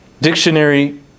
Dictionary